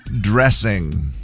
dressing